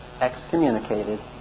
excommunicated